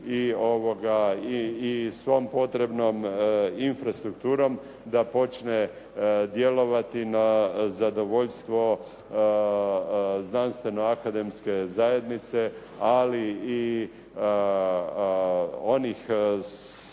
i svom potrebnom infrastrukturom da počne djelovati na zadovoljstvo znanstveno-akademske zajednice ali i onih 130